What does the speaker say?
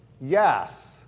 Yes